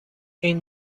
این